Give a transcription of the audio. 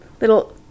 little